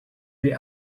the